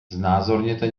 znázorněte